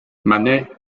manet